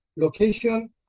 location